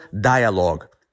dialogue